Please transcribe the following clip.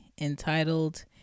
entitled